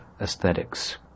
aesthetics